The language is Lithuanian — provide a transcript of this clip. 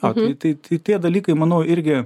jo tai tai tai tie dalykai manau irgi